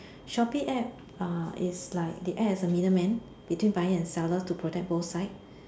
Shoppe App uh is like they act as a middle man between buyer and seller to protect both side